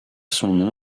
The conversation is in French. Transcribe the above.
son